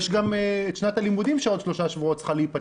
יש גם שנת הלימודים שעוד שלושה שבועות צריכה להיפתח.